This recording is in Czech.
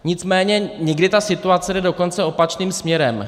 Nicméně někdy ta situace jde dokonce opačným směrem.